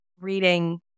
reading